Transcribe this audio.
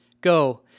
Go